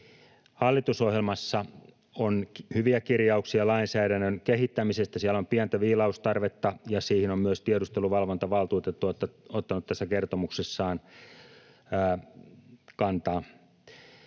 Hallitusohjelmassa on hyviä kirjauksia lainsäädännön kehittämisestä. Siellä on pientä viilaustarvetta, ja siihen on myös tiedusteluvalvontavaltuutettu ottanut tässä kertomuksessaan kantaa.